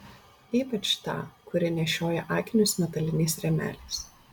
ypač tą kuri nešiojo akinius metaliniais rėmeliais